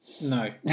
No